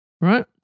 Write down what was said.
right